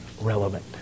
relevant